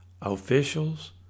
Officials